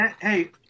Hey